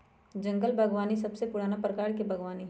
जंगल बागवानी सबसे पुराना प्रकार के बागवानी हई